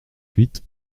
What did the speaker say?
huit